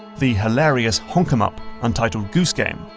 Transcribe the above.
the hilarious honk em up untitled goose game,